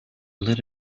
lit